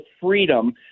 freedom